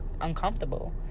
uncomfortable